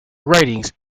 writings